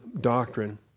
doctrine